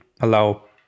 allow